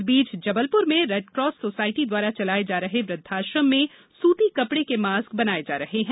इस बीच जबलपुर में रेडकास सोसायटी द्वारा चलाये जा रहे वृद्वाश्रम में सूती कपड़े के मास्क बनाये जा रहे हैं